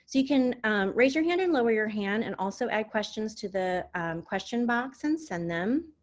you can raise your hand and lower your hand and also add questions to the question box and send them,